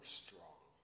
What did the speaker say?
strong